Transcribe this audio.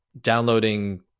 downloading